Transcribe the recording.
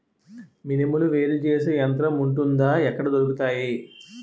మినుములు వేరు చేసే యంత్రం వుంటుందా? ఎక్కడ దొరుకుతాయి?